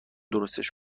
درستش